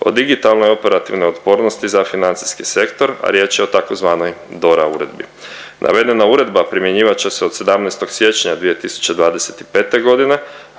o digitalnoj operativnoj otpornosti za financijski sektor, a riječ je tzv. DORA uredbi. Navedena uredba primjenjivat će se od 17. siječnja 2025. godine,